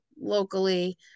locally